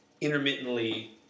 intermittently